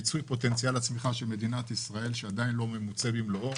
מיצוי פוטנציאל הצמיחה של מדינת ישראל שעדיין לא מוצה במלואו.